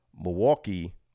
Milwaukee